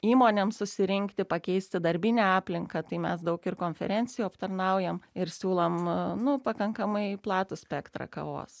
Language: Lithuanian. įmonėms susirinkti pakeisti darbinę aplinką tai mes daug ir konferencijų aptarnaujam ir siūlom nu pakankamai platų spektrą kavos